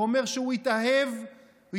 הוא אומר שהוא התאהב בפוזיציה.